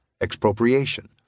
expropriation